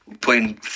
playing